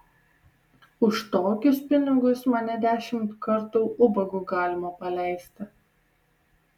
už tokius pinigus mane dešimt kartų ubagu galima paleisti